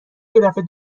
یدفعه